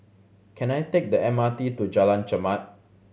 can I take the M R T to Jalan Chermat